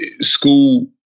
school